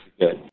good